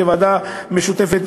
כוועדה משותפת,